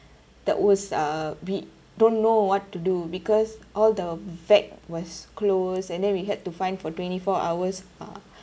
that was a bit don't know what to do because all the vet was close and then we had to find for twenty four hours uh